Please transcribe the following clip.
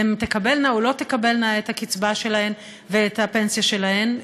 הן תקבלנה או לא תקבלנה את הקצבה שלהן ואת הפנסיה שלהן.